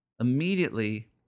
immediately